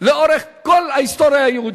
לאורך כל ההיסטוריה היהודית.